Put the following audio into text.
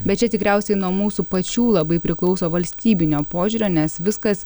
bet čia tikriausiai nuo mūsų pačių labai priklauso valstybinio požiūrio nes viskas